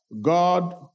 God